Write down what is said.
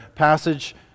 passage